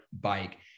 bike